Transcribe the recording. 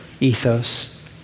ethos